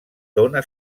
dóna